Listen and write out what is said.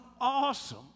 awesome